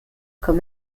komm